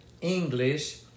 English